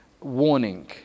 warning